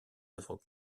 œuvres